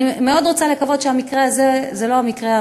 אני מאוד רוצה לקוות שבמקרה הזה זה לא המקרה,